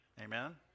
Amen